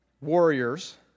warriors